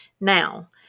Now